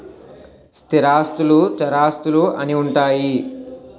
స్థిరాస్తులు చరాస్తులు అని ఉంటాయి